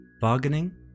bargaining